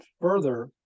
further